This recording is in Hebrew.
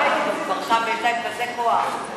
ועכשיו יש להם כזה כוח.